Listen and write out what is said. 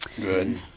Good